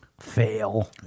Fail